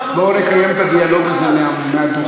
בואו נקיים את הדיאלוג הזה מהדוכן,